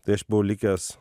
tai aš buvau likęs